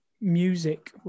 music